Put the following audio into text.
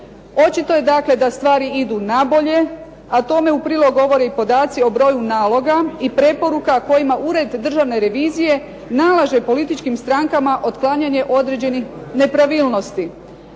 Očito je dakle da stvari idu nabolje, a tome u prilog govore i podaci o broju naloga i preporuka kojima Ured državne revizije nalaže političkim strankama otklanjanje određenih nepravilnosti